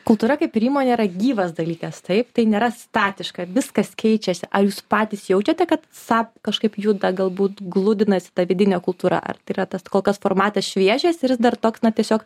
kultūra kaip ir įmonė yra gyvas dalykas taip tai nėra statiška viskas keičiasi ar jūs patys jaučiate kad sap kažkaip juda galbūt gludinasi ta vidinė kultūra ar tai yra tas kol kas formatas šviežias ir jis dar toks na tiesiog